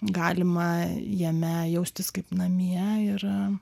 galima jame jaustis kaip namie ir